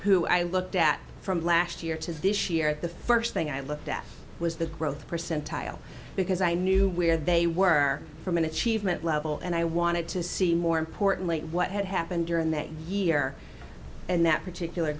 who i looked at from last year to this year at the first thing i looked at was the growth percentile because i knew where they were from an achievement level and i wanted to see more importantly what had happened during that year and that particular